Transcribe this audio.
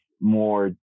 more